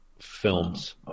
films